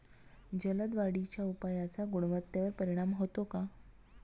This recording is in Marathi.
जलद वाढीच्या उपायाचा गुणवत्तेवर परिणाम होतो का?